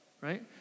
right